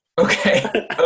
Okay